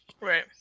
Right